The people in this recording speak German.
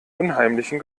unheimlichen